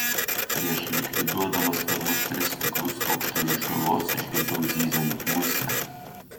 prieš likviduodamas pirmus tris stiklus aukštai virš galvos išgirdau zyziant musę